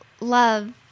love